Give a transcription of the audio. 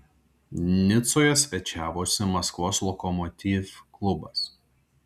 nicoje svečiavosi maskvos lokomotiv klubas